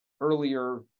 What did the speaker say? earlier